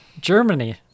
Germany